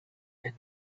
and